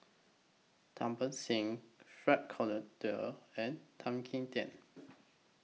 Singh Frank Cloutier and Tan Kim Tian